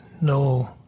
No